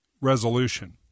resolution